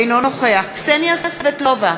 אינו נוכח קסניה סבטלובה,